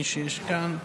מי שיש כאן,